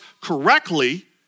correctly